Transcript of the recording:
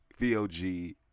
VOG